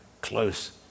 close